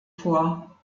vor